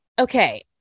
okay